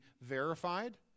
verified